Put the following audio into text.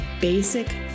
basic